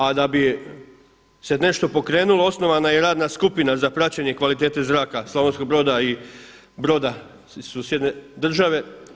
A da bi se nešto pokrenulo osnovana je i radna skupina za praćenje kvalitete zraka Slavonskog Broda i Broda susjedne države.